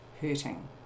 hurting